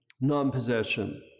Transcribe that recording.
non-possession